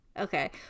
Okay